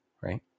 Right